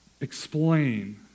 explain